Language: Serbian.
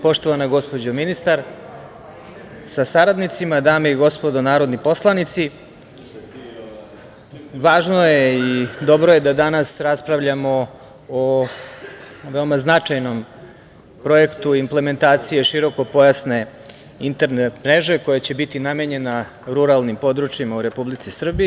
Poštovana gospođo ministar sa saradnicima, dame i gospodo narodni poslanici, važno je i dobro je da danas raspravljamo o veoma značajnom projektu implementacije širokopojasne internet mreže koja će biti namenjena ruralnim područjima u Republici Srbiji.